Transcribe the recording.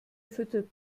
füttert